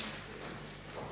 Hvala